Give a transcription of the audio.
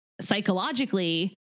psychologically